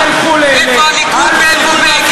אתה רוצה לדבר על העבר?